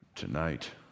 Tonight